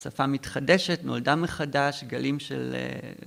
שפה מתחדשת נולדה מחדש גלים של